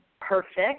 perfect